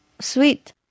sweet